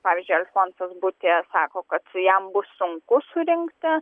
pavyzdžiui alfonsas butė sako kad jam bus sunku surinkti